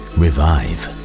revive